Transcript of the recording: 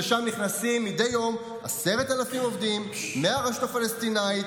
שלשם נכנסים מדי יום 10,000 עובדים מהרשות הפלסטינית